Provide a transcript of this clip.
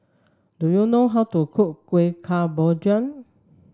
do you know how to cook Kueh Kemboja